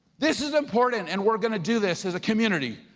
this is important and we're gonna do this as a community.